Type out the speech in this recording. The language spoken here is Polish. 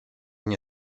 nie